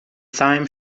thyme